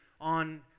on